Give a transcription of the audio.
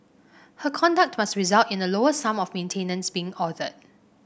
her conduct must result in a lower sum of maintenance being ordered